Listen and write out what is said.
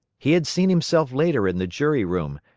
he had seen himself later in the jury-room,